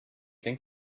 you